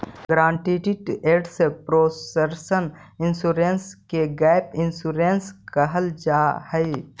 guaranteed asset proportion insurance के gap insurance कहल जाऽ हई